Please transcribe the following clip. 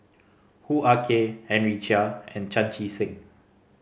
Hoo Ah Kay Henry Chia and Chan Chee Seng